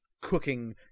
cooking